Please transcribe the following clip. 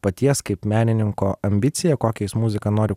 paties kaip menininko ambicija kokią jis muziką nori